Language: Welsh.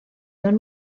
mewn